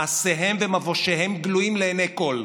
מעשיהם ומבושיהם גלויים לעיני כול.